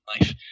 Life